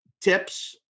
tips